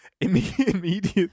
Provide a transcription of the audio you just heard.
immediate